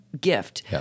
gift